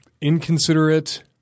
Inconsiderate